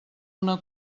una